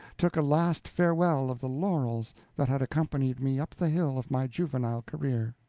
took a last farewell of the laurels that had accompanied me up the hill of my juvenile career.